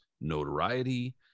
notoriety